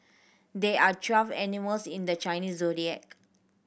there are twelve animals in the Chinese Zodiac